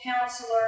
Counselor